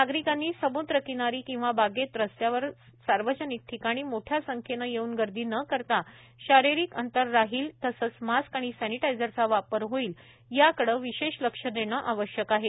नागरिकांनी समुद्र किनारी बागेत रस्त्यावर अशा सार्वजनिक ठिकाणी मोठ्या संख्येनं येऊन गर्दी न करता शारीरिक अंतर राहील राहील तसंच मास्क आणि सॅनिटायझरचा वापर होईल याकडे विशेष लक्ष देणं आवश्यक आहे